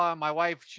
um my wife,